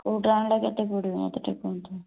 କୋଉଟା ଆଣିଲେ କେତେ ପଡ଼ିବ ମତେ ଟିକେ କୁହନ୍ତୁ